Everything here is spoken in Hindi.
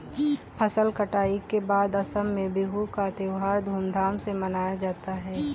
फसल कटाई के बाद असम में बिहू का त्योहार धूमधाम से मनाया जाता है